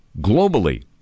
globally